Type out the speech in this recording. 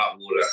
water